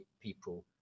people